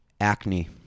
Acne